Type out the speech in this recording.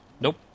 Nope